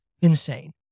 Insane